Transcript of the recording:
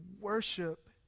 worship